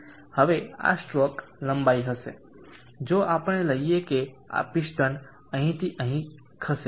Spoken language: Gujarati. હવે આ સ્ટ્રોક લંબાઈ હશે જો આપણે લઈએ કે આ પિસ્ટન અહીંથી અહીં ખસે છે